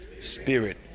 spirit